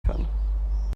kann